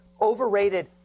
overrated